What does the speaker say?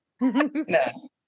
no